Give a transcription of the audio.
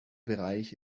bereich